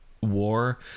war